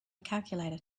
calculator